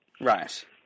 Right